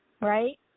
right